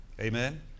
Amen